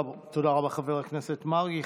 תודה רבה, חבר הכנסת מרגי.